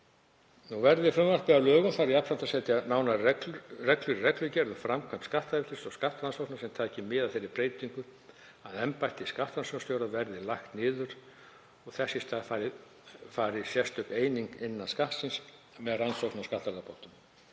Verði frumvarpið að lögum þarf jafnframt að setja nánari reglur í reglugerð um framkvæmd skatteftirlits og skattrannsókna sem taki mið af þeirri breytingu að embætti skattrannsóknarstjóra ríkisins verði lagt niður og þess í stað fari sérstök eining innan Skattsins með rannsóknir á skattalagabrotum,